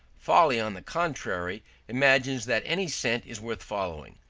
folly on the contrary imagines that any scent is worth following,